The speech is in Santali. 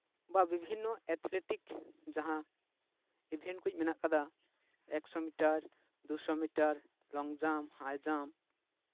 ᱵᱟ ᱵᱤᱵᱷᱤᱱᱱᱚ ᱮᱛᱷᱞᱮᱴᱤᱠ ᱡᱟᱦᱟᱸ ᱤᱵᱷᱮᱱᱴ ᱠᱚ ᱢᱮᱱᱟᱜ ᱠᱟᱫᱟ ᱮᱠᱥᱳ ᱢᱤᱴᱟᱨ ᱫᱩᱥᱳ metre long jump high jump